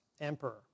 emperor